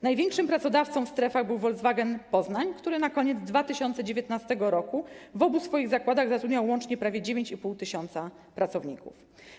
Największym pracodawcą w strefach był Volkswagen Poznań, który na koniec 2019 r. w obu swoich zakładach zatrudniał łącznie prawie 9,5 tys. pracowników.